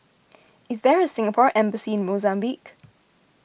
is there a Singapore Embassy in Mozambique